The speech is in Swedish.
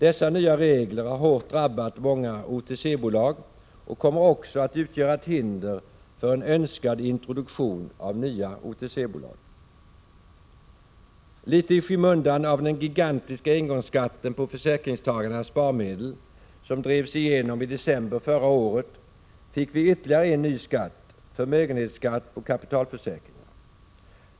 Dessa nya regler har drabbat många OTC-bolag hårt och kommer också att utgöra ett hinder för en önskad introduktion av nya OTC-bolag. Litet i skymundan av den gigantiska engångsskatten på försäkringstagarnas sparmedel, som drevs igenom i december förra året, fick vi ytterligare en ny skatt — förmögenhetsskatt på kapitalförsäkringar.